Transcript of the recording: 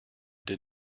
did